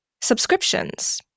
Subscriptions